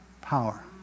power